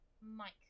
Mike